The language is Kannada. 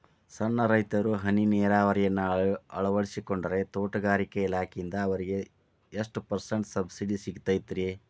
ಸಣ್ಣ ರೈತರು ಹನಿ ನೇರಾವರಿಯನ್ನ ಅಳವಡಿಸಿಕೊಂಡರೆ ತೋಟಗಾರಿಕೆ ಇಲಾಖೆಯಿಂದ ಅವರಿಗೆ ಎಷ್ಟು ಪರ್ಸೆಂಟ್ ಸಬ್ಸಿಡಿ ಸಿಗುತ್ತೈತರೇ?